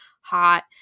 hot